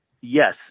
yes